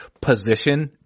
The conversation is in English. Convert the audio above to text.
position